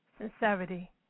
sincerity